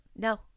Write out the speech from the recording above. No